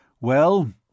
Well